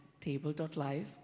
table.live